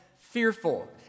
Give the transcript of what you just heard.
Fearful